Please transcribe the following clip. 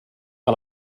que